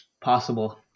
Possible